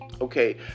okay